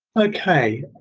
ok,